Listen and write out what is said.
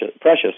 precious